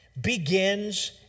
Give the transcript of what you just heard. begins